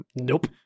nope